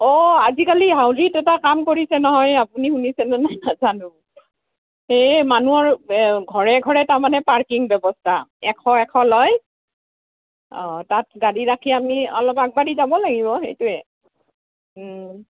অঁ আজিকালি হাউলীত এটা কাম কৰিছে নহয় আপুনি শুনিছেনে নাই নেজানো এই মানুহৰ ঘৰে ঘৰে তাৰমানে পাৰ্কিং ব্যৱস্থা এশ এশ লয় অঁ তাত গাড়ী ৰাখি আমি অলপ আগবাঢ়ি যাব লাগিব এইটোৱে